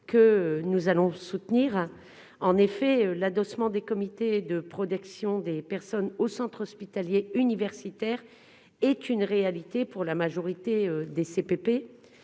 que nous allons soutenir en effet l'adossement des comités de protection des personnes au centre hospitalier universitaire est une réalité pour la majorité des CPP,